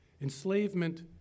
Enslavement